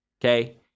Okay